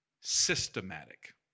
systematic